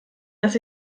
dass